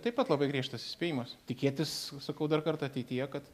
taip pat labai griežtas įspėjimas tikėtis sakau dar kartą ateityje kad